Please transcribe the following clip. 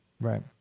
Right